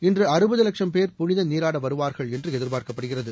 இன்று அறுபது லட்சம் பேர் புனித நீராட வருவார்கள் எதிர்பார்க்கப்படுகிறது